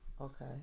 Okay